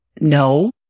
No